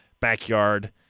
backyard